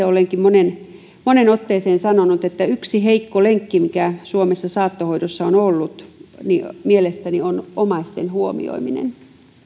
olen moneen moneen otteeseen sanonut että yksi heikko lenkki mikä suomessa saattohoidossa on ollut mielestäni on omaisten huomioiminen